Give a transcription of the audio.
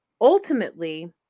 ultimately